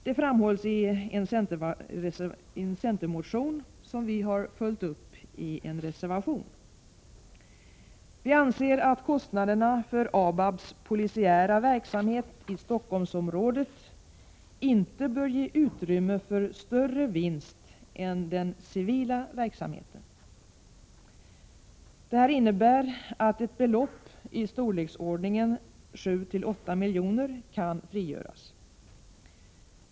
Detta framhålls i en centermotion, som vi har följt upp i en reservation. Vi anser att kostnaderna för ABAB:s polisiära verksamhet i Stockholmsområdet inte bör ge utrymme för större vinst än den civila verksamheten. Detta innebär att ett beloppi storleksordningen 7-8 miljoner kan frigöras.